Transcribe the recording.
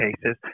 cases